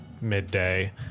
midday